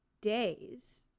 days